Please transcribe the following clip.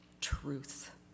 truth